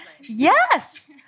Yes